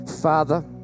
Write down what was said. Father